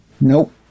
Nope